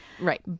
Right